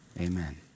Amen